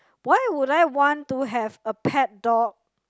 why would I want to have a pet dog